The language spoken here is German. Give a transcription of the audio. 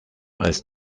als